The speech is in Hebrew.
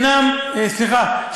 סליחה,